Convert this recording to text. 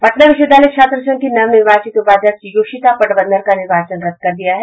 पटना विश्वविद्यालय छात्र संघ की नव निर्वाचित उपाध्यक्ष योशिता पटवर्द्वन का निर्वाचन रद्द कर दिया गया है